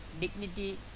dignity